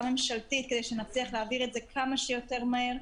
ממשלתית כדי שנצליח להעביר את זה כמה שיותר מהר.